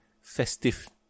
festive